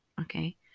okay